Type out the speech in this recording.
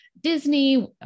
Disney